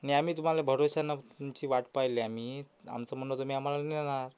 नाही आम्ही तुम्हाला भरवशानं तुमची वाट पाहिली आम्ही आमचं म्हणणं होतं की तुम्ही आम्हाला नेणार